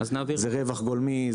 זה רווח גולמי,